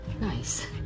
nice